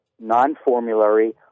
non-formulary